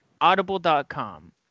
Audible.com